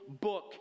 book